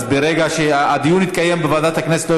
אז הדיון יתקיים בוועדת הכנסת,